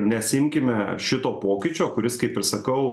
nesiimkime šito pokyčio kuris kaip ir sakau